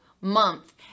month